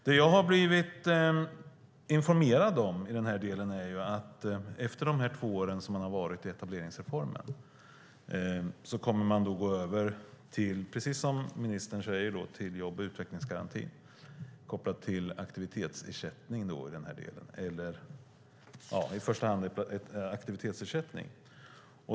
Det jag har blivit informerad om i den här delen är att efter de två år man har varit i etableringsreformen kommer man att gå över, precis som ministern säger, till jobb och utvecklingsgarantin kopplad till i första hand aktivitetsersättning.